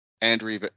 Andrew